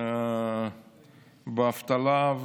באבטלה,